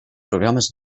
programes